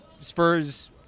Spurs